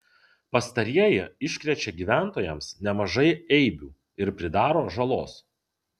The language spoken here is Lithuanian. pastarieji iškrečia gyventojams nemažai eibių ir pridaro žalos